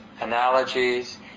analogies